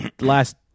last